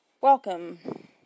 Welcome